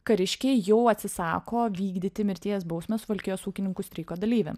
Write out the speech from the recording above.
kariškiai jau atsisako vykdyti mirties bausmę suvalkijos ūkininkų streiko dalyviam